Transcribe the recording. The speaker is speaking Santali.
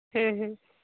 ᱦᱩᱸ ᱦᱩᱸ